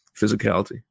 physicality